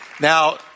Now